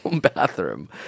bathroom